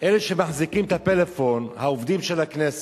אלה שמחזיקים את הפלאפון, העובדים של הכנסת,